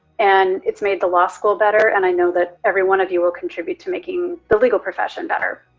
and it's made the law school better and i know that every one of you will contribute to making the legal profession better.